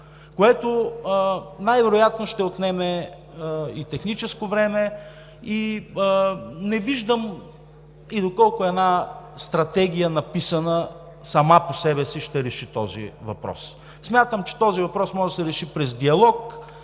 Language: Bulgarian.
което най-вероятно ще отнеме и техническо време и не виждам доколко една стратегия, написана сама по себе си, ще реши този въпрос. Смятам, че той може да се реши през диалог